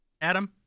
Adam